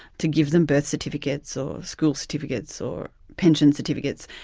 to give them birth certificates or school certificates or pension certificates,